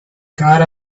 cut